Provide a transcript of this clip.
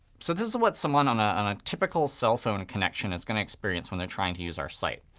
so this is what someone on ah on a typical cell phone connection is going to experience when they're trying to use our site.